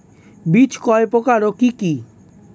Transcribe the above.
বীজ কয় প্রকার ও কি কি?